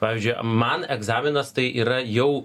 pavyzdžiui man egzaminas tai yra jau